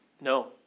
No